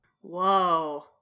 Whoa